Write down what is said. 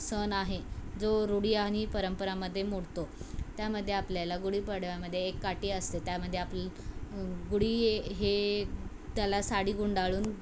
सण आहे जो रूढी आणि परंपरामध्ये मोडतो त्यामध्ये आपल्याला गुढीपाडव्यामध्ये एक काठी असते त्यामध्ये आपल गुढी हे त्याला साडी गुंडाळून